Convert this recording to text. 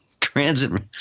transit